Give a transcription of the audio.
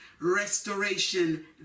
restoration